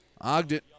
Ogden